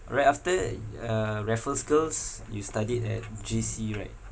right after uh raffles girls' you studied at J_C right